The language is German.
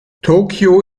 tokio